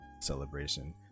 celebration